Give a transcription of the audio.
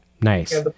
nice